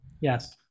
yes